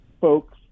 folks